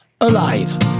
Alive